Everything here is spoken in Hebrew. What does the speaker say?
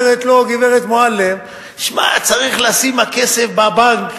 אומרת לו גברת מועלם: שמע, צריך לשים הכסף בבנק.